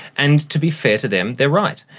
and to be fair to them, they're right.